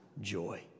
joy